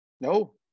No